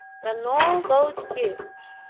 than all those gifts,